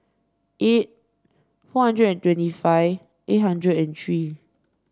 eight four hundred and twenty five eight hundred and three